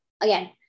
again